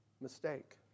mistake